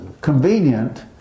convenient